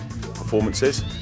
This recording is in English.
performances